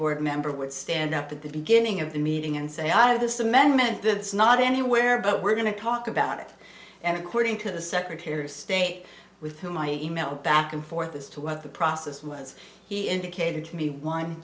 board member would stand up at the beginning of the meeting and say i have this amendment that's not anywhere but we're going to talk about it and according to the secretary of state with whom i e mail back and forth as to what the process was he indicated to me